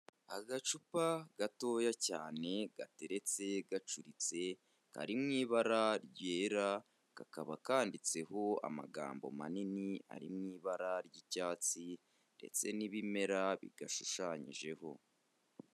Agacupa gatoya cyane gateretse gacuritse, kari mu ibara ryera, kakaba kanditseho amagambo manini ari mu ibara ry'icyatsi ndetse n'ibimera bigashushanyijeho.